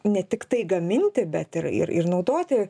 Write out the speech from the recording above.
ne tiktai gaminti bet ir ir ir naudoti